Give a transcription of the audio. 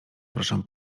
proszę